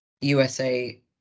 USA